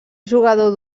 jugador